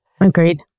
Agreed